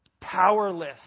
powerless